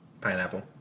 pineapple